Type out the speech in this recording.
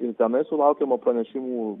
ir tenai sulaukiama pranešimų